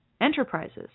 enterprises